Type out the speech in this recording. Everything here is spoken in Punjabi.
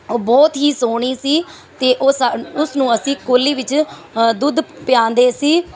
ਉਹ ਬਹੁਤ ਹੀ ਸੋਹਣੀ ਸੀ ਅਤੇ ਉਹ ਸਾਨੂੰ ਉਸ ਨੂੰ ਅਸੀਂ ਕੌਲੀ ਵਿੱਚ ਦੁੱਧ ਪਿਆਉਂਦੇ ਸੀ